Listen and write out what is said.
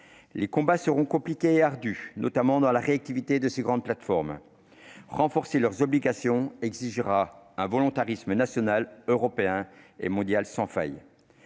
Les combats seront compliqués et ardus, du fait, notamment, de la réactivité des grandes plateformes. Renforcer leurs obligations exigera un volontarisme national, européen et mondial sans faille.